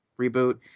reboot